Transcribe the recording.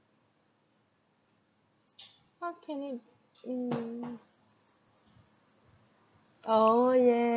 what can it mm oh yeah